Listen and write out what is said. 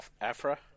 Afra